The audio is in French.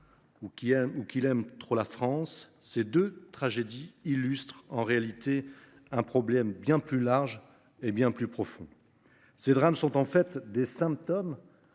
ou qu’il aime trop la France : ces deux tragédies récentes illustrent, en réalité, un problème bien plus large et bien plus profond. Ces drames sont, en fait, les symptômes